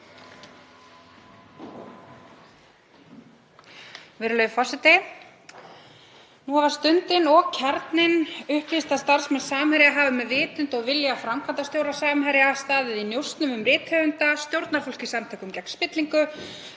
Virðulegur forseti. Nú hafa Stundin og Kjarninn upplýst að starfsmenn Samherja hafi með vitund og vilja framkvæmdastjóra Samherja staðið í njósnum um rithöfunda, stjórnarfólk í samtökum gegn spillingu,